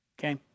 Okay